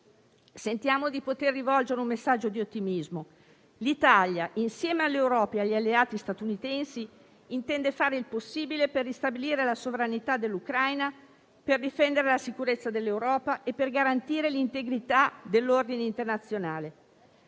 sentiamo di poter rivolgere un messaggio di ottimismo. L'Italia, insieme all'Europa e agli alleati statunitensi, intende fare il possibile per ristabilire la sovranità dell'Ucraina, per difendere la sicurezza dell'Europa e per garantire l'integrità dell'ordine internazionale.